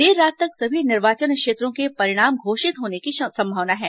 देर रात तक सभी निर्वाचन क्षेत्रों के परिणाम घोषित होने की संभावना है